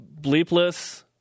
bleepless